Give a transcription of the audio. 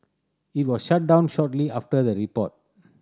it was shut down shortly after the report